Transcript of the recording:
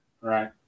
Right